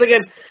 again